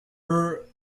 her